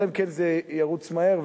אלא אם כן זה ירוץ מהר,